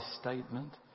statement